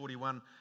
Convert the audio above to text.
41